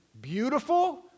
beautiful